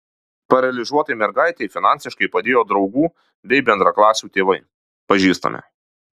paralyžiuotai mergaitei finansiškai padėjo draugų bei bendraklasių tėvai pažįstami